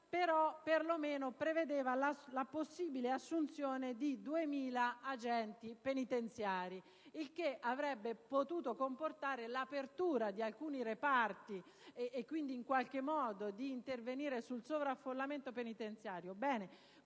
per lo meno si prevedeva la possibile assunzione di 2.000 agenti penitenziari, e ciò avrebbe potuto comportare l'apertura di alcuni reparti, e quindi avrebbe consentito di intervenire sul sovraffollamento penitenziario.